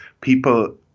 people